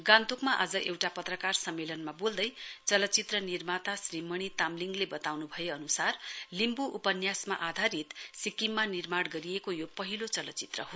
गान्तोकमा आज एउटा पत्रकार सम्मेलनमा बोल्दै चलचित्र निर्माता श्री मणि ताम्लिङले बताउनु भए अनुसार लिम्बू उपन्यासमा आधारित सिक्किममा निर्माण गरिएको यो पहिलो चलचित्र हो